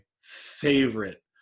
favorite